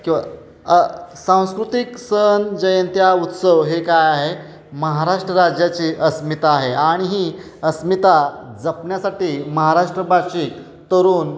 किंवा सांस्कृतिक सण जयंत्या उत्सव हे काय आहे महाराष्ट्र राज्याची अस्मिता आहे आणि ही अस्मिता जपण्यासाठी महाराष्ट्रभाषिक तरुण